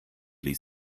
ließ